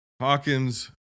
Hawkins